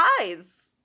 eyes